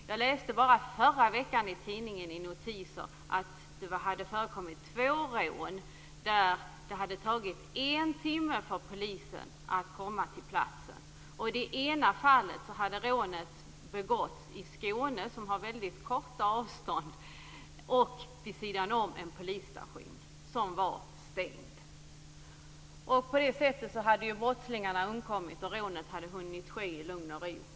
Jag läste i förra veckan notiser i tidningen om att det hade förekommit två rån, efter vilka det hade tagit en timme för polisen att komma till platsen. Det ena rånet hade begåtts i Skåne, där det är väldigt korta avstånd, vid sidan om en polisstation som var stängd. På det sättet hade brottslingarna undkommit, och rånet hade kunnat ske i lugn och ro.